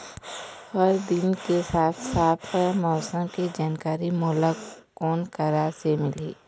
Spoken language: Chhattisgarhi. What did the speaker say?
हर दिन के साफ साफ मौसम के जानकारी मोला कोन करा से मिलही?